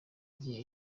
igihe